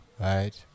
right